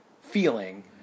feeling